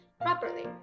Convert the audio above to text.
properly